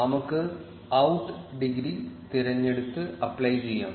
നമുക്ക് out degree തിരഞ്ഞെടുത്ത് apply ചെയ്യാം